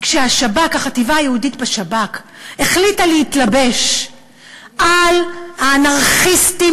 כשהחטיבה היהודית בשב"כ החליטה להתלבש על האנרכיסטים